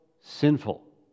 sinful